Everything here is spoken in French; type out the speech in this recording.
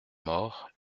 mort